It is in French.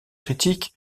critique